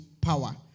power